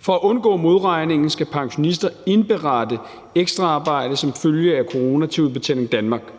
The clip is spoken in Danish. For at undgå modregningen skal pensionister indberette ekstraarbejde som følge af corona til Udbetaling Danmark.